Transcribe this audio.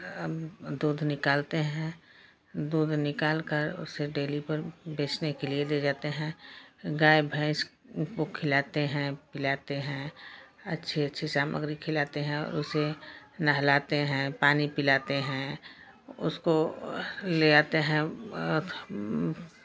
दूध निकालते हैं दूध निकाल कर उसे डेरी पर बेचने के लिये ले जाते हैं गाय भैंस को खिलाते हैं पिलाते हैं अच्छी अच्छी सामग्री खिलाते हैं और उसे नहलाते हैं पानी पिलाते हैं उसको ले जाते हैं